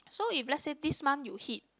so if lets say this month you hit